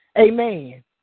amen